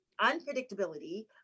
unpredictability